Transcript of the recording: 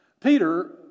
Peter